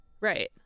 Right